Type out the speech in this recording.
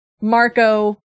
Marco